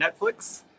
Netflix